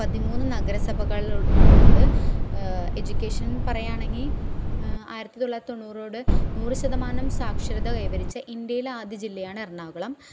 പതിമൂന്ന് നഗര സഭകള് ആണുള്ളത് എജുക്കേഷൻ പറയാണെങ്കില് ആയിരത്തി തൊള്ളായിരത്തി തൊണ്ണൂറോടെ നൂറുശതമാനം സാക്ഷരത കൈവരിച്ച ഇന്ത്യയിലെ ആദ്യ ജില്ലയാണ് എറണാകുളം